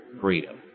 freedom